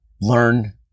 learn